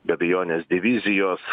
be abejonės divizijos